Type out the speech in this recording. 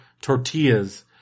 tortillas